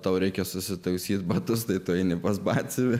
tau reikia susitaisyti batus tai tu eini pas batsiuvį